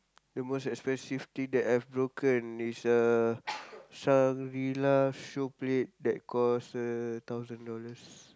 the most expensive thing that I've broken is uh Shangri-La show plate that cost a thousand dollars